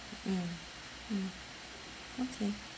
mm mm okay